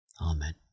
Amen